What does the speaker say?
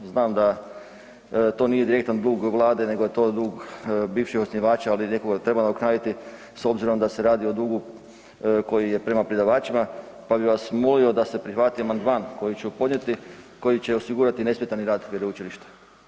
Znam da to nije direktan dug vlade nego je to dug bivših osnivača, ali neko ga treba nadoknaditi s obzirom da se radi o dugu koji je prema predavačima, pa bi vas molio da se prihvati amandman kojeg ću podnijeti, koji će osigurati nesmetani rad veleučilišta.